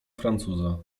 francuza